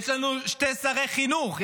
יש לנו שני שרי חינוך,